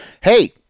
Hey